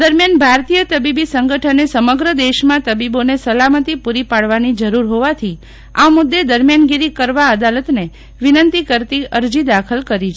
દરમિયાન ભારતીય તબીબી સંગઠને સમગ્રદેશમાં તબીબોને સલામતી પુરી પાડવાની જરૂર હોવાથી આ મુદ્દે દરમિયાનગીરી કરવા અદાલતને વિનંતી કરતી અરજી દાખલ કરી છે